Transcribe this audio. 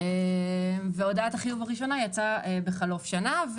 והודעת החיוב הראשונה יצאה בחלוף שנה,